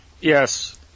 Yes